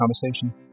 conversation